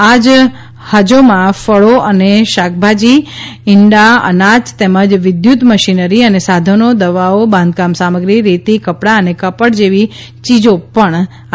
આજ હાજોમાં ફળો અને શાકભાજી ઇંડા અનાજ તેમજ વિદ્યુત મશીનરી અને સાધનો દવાઓ બાંધકામ સામગ્રી રેતી કપડાં અને કાપડ જેવી ચીજો પણ મોકલવામાં આવશે